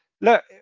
Look